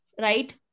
right